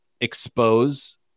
expose